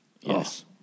yes